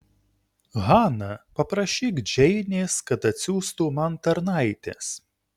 hana paprašyk džeinės kad atsiųstų man tarnaites